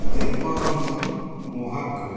Debaranjan Mahakud